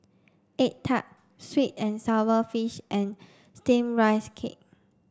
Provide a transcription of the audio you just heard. egg tart sweet and sour fish and steamed rice cake